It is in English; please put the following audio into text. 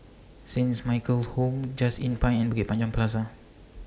Saint's Michael's Home Just Inn Pine and Bukit Panjang Plaza